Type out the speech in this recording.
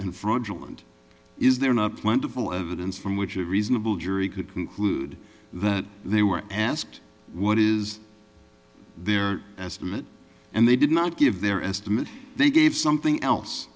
and fraudulent is there not plentiful evidence from which a reasonable jury could conclude that they were asked what is there are estimates and they did not give their estimate they gave something else